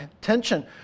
Tension